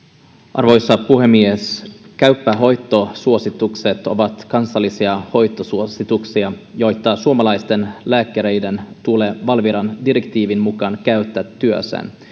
arvoisa puhemies käypä hoito suositukset ovat kansallisia hoitosuosituksia joita suomalaisten lääkäreiden tulee valviran direktiivin mukaan käyttää työssään